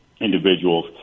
individuals